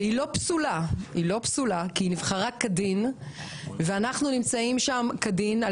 וכל זמן שהיא לא פסולה כי היא נבחרה כדין ואנחנו נמצאים שם כדין על